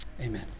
Amen